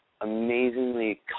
amazingly